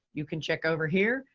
you can check over here.